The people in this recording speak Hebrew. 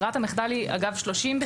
ברירת המחדל היא בכלל 30. פונים לבית משפט.